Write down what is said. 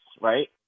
right